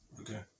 Okay